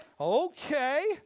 Okay